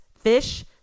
fish